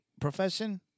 profession